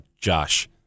Josh